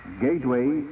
gateway